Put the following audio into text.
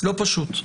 לא פשוט.